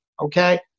okay